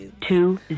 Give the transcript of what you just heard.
two